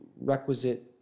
requisite